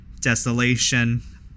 desolation